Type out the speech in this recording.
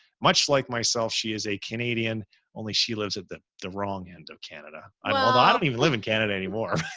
much like myself, she is a canadian only she lives at the the wrong end of canada. i'm all, i don't even live in canada anymore.